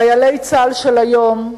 חיילי צה"ל של היום,